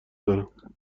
دارم